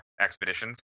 Expeditions